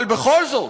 אבל בכל זאת,